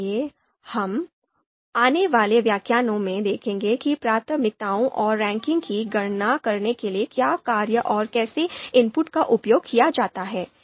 इसलिए हम आने वाले व्याख्यानों में देखेंगे कि प्राथमिकताओं और रैंकिंग की गणना करने के लिए क्या कार्य और कैसे इनपुट का उपयोग किया जाता है